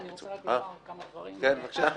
אני רוצה לומר עוד כמה דברים לפרוטוקול.